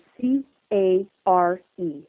C-A-R-E